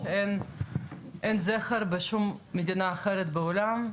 אין זכר בשום מדינה אחרת בעולם,